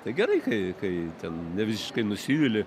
tai gerai kai kai ten ne visiškai nusivili